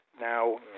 now